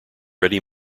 ready